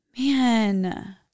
man